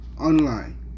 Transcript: online